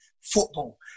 football